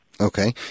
Okay